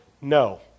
No